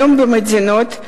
היום מדינות,